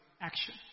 Action